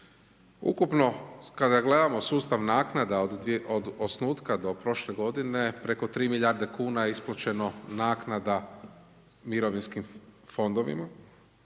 ukupno kada gledamo sustav naknada od osnutka do prošle godine preko 3 milijarde kuna je isplaćeno naknada mirovinskim fondovima.